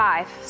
Five